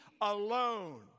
alone